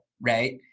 right